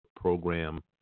program